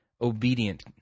obedient